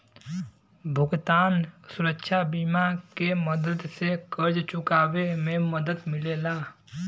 भुगतान सुरक्षा बीमा के मदद से कर्ज़ चुकावे में मदद मिलेला